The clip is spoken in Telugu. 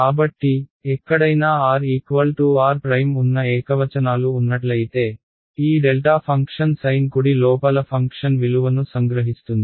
కాబట్టి ఎక్కడైనా rr ఉన్న ఏకవచనాలు ఉన్నట్లయితే ఈ డెల్టా ఫంక్షన్ సైన్ కుడి లోపల ఫంక్షన్ విలువను సంగ్రహిస్తుంది